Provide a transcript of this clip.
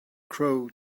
crow